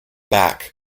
back